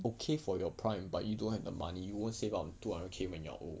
okay for your prime but you don't have the money you won't save on two hundred K when you are old